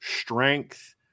strength